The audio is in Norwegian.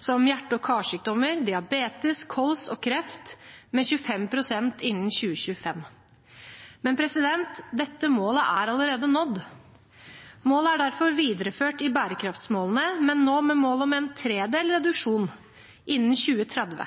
som hjerte- og karsykdommer, diabetes, kols og kreft med 25 pst. innen 2025. Men dette målet er allerede nådd. Målet er derfor videreført i bærekraftsmålene, men nå med mål om en tredjedels reduksjon innen 2030.